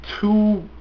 two